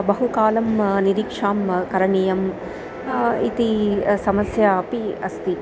बहु कालं निरीक्षणं करणीयम् इति समस्या अपि अस्ति